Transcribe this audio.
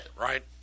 right